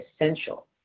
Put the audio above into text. essential